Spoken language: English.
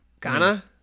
Ghana